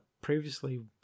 Previously